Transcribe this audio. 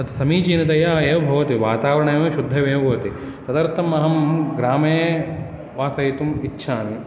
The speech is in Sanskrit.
तत् समीचीनतया एव भवति वातावरणमेव शुद्धमेव भवति तदर्थम् अहं ग्रामे वसितुम् इच्छामि